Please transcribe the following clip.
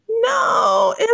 no